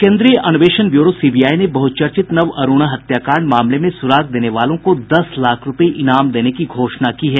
केन्द्रीय अन्वेषण bureau CBI ने बहुचर्चित नवरूणा हत्याकांड मामले में सुराग देने वालों को दस लाख रूपये इनाम देने की घोषणा की है